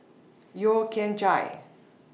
Yeo Kian Chai